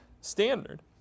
standard